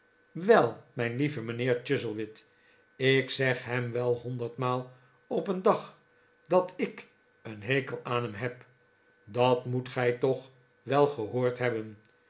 wel mijn lieve mijnheer chuzzlewit ik zeg hem wel honderdmaal op een dag dat ik een hekel aan hem heb dat moet gij toch wel gehoord hebben